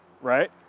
right